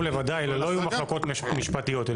לוודאי אלה לא יהיו מחלוקות משפטיות.